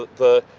the,